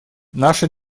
наша